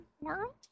world